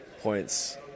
points